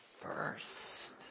first